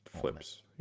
flips